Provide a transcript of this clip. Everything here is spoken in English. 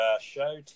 show